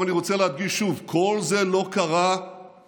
עכשיו, אני רוצה להדגיש שוב: כל זה לא קרה סתם.